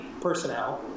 personnel